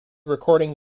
recording